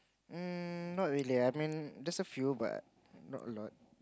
um not really I mean there's a few but not a lot